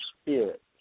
spirit